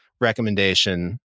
recommendation